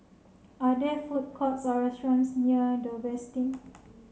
are there food courts or restaurants near The Westin